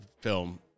film